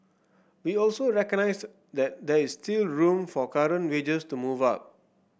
we also recognised that there is still room for current wages to move up